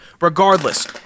Regardless